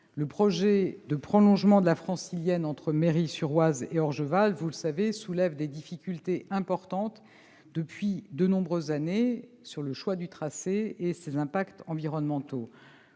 le projet de prolongement de la Francilienne entre Méry-sur-Oise et Orgeval soulève des difficultés importantes depuis de nombreuses années quant au choix du tracé et ses impacts environnementaux.